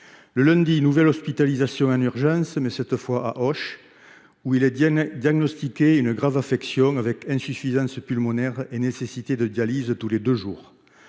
Le lundi, nouvelle hospitalisation en urgence, cette fois à Auch, où est diagnostiquée une grave infection, avec insuffisance pulmonaire et prescription de dialyse tous les deux jours.